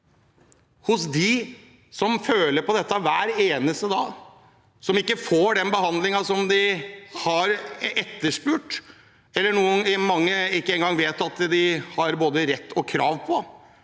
hos dem som føler på dette hver eneste dag, som ikke får den behandlingen som de har etterspurt, og som mange ikke engang vet at de har både rett og krav på.